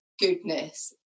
goodness